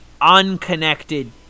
unconnected